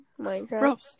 Minecraft